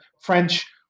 French